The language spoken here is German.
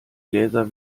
gläser